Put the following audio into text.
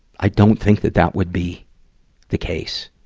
i don't think that that would be the case.